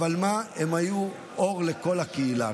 אבל מה, הם היו אור לכל הקהילה.